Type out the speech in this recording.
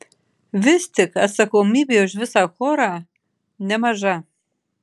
vis tik atsakomybė už visą chorą nemaža